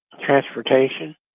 transportation